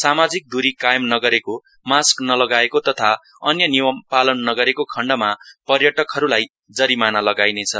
सामाजिक दुरी कायम नगरेको मास्क नलगाएको तथा अन्य नियम पालन नगरेको खण्डमा पर्यटकहरूलाई जरिमाना लगाइनेछ